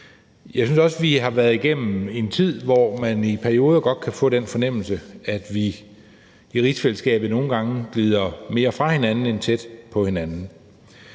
Jeg synes også, at vi har været igennem en tid, hvor man i perioder godt kan få den fornemmelse, at vi i rigsfællesskabet nogle gange glider mere fra hinanden end mod hinanden.